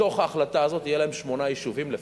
בתוך ההחלטה הזאת יהיו לנו שמונה יישובים לפחות.